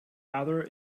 other